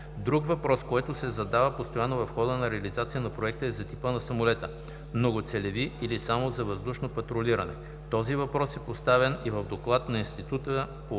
Друг въпрос, който се задава постоянно в хода на реализация на Проекта, е за типа на самолета – многоцелеви, или само за въздушно патрулиране. Този въпрос е поставен и в доклад на Института по